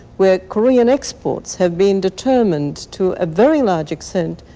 where korean exports have been determined to a very large extent,